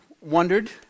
wondered